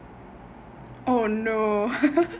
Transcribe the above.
oh no